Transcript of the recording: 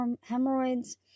hemorrhoids